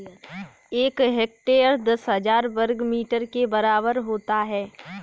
एक हेक्टेयर दस हजार वर्ग मीटर के बराबर होता है